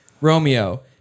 Romeo